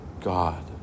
God